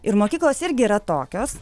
ir mokyklos irgi yra tokios